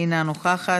אינה נוכחת.